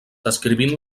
descrivint